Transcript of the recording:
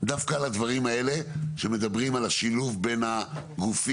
דווקא על הדברים האלה שמדברים על השילוב בין הגופים,